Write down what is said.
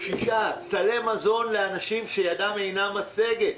סלי מזון לאנשים שידם אינה משגת.